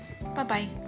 Bye-bye